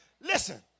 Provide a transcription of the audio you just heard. Listen